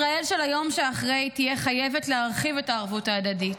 ישראל של היום שאחרי תהיה חייבת להרחיב את הערבות ההדדית,